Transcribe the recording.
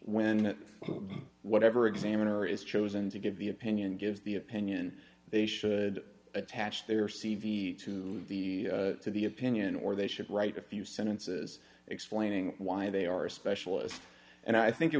when whatever examiner is chosen to give the opinion gives the opinion they should attach their c v to the to the opinion or they should write a few sentences explaining why they are a specialist and i think it